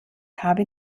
habe